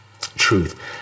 Truth